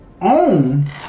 own